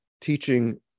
teaching